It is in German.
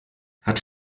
hat